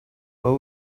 what